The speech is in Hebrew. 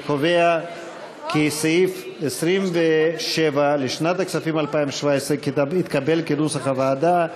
אני קובע כי סעיף 27 לשנת הכספים 2017 התקבל כנוסח הוועדה.